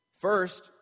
First